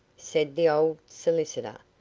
said the old solicitor,